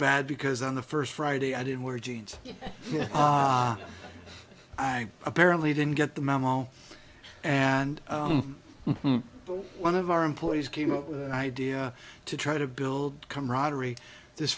bad because on the first friday i didn't wear jeans i apparently didn't get the memo and one of our employees came up with an idea to try to build camaraderie this